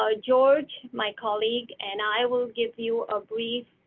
ah george, my colleague, and i will give you a brief